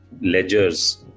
ledgers